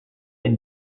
and